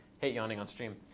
hate yawning on stream.